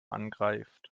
angreift